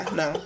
no